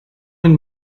and